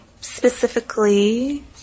specifically